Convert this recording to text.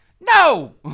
No